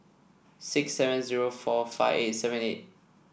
six seven zero four five eight seven eight